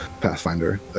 Pathfinder